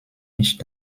nicht